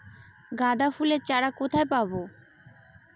গাঁদা ফুলের চারা কোথায় পাবো?